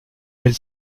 elle